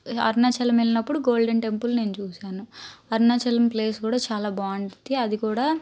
అరుణాచలం వెళ్ళినప్పుడు golden temple నేను చూశాను అరుణాచలం ప్లేస్ కూడా చాలా బాగుంటిద్ది అది కూడా